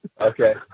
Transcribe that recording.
Okay